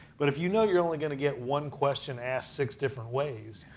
but if you know you're only going to get one question asked six different ways,